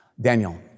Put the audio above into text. Daniel